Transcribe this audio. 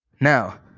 Now